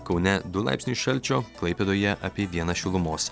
kaune du laipsniai šalčio klaipėdoje apie vieną šilumos